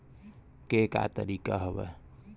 के का तरीका हवय?